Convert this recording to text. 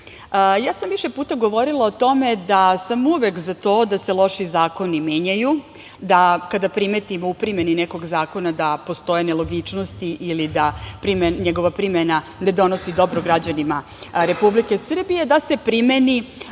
Ja sam više puta govorila o tome da sam uvek za to da se loši zakoni menjaju, da kada primetimo u primeni nekog zakona da postoje nelogičnosti ili da njegova primena ne donosi dobro građanima Republike Srbije, da se primeni,